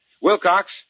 Wilcox